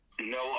No